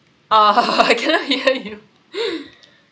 cannot hear you